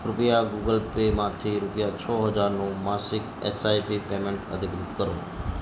કૃપયા Google Pay માંથી રૂપિયા છ હજારનું માસિક એસઆઈપી પેમેંટ અધિકૃત કરો